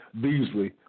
Beasley